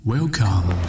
Welcome